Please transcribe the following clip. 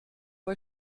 bei